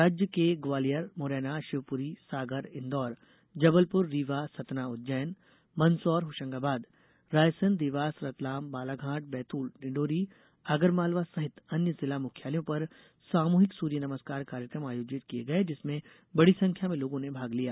राज्य के ग्वालियर मुरैना शिवपुरी सागर इंदौर जबलपुर रीवा सतना उज्जैन मंदसौर होशंगाबाद रायसेन देवास रतलाम बालाघाट बैतूल डिण्डौरी आगरमालवा सहित अन्य जिला मुख्यालयों पर सामूहिक सूर्य नमस्कार कार्यक्रम आयोजित किये गये जिसमें बड़ी संख्या में लोगों ने भाग लिया